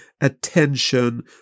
attention